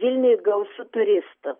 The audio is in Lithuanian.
vilniuj gausu turistų